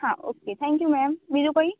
હા okay thank you ma'am બીજું કઈ